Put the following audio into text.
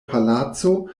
palaco